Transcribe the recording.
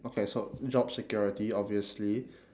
okay so job security obviously